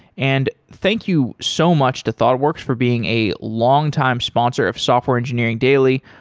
and thank you so much to thoughtworks for being a longtime sponsor of software engineering daily.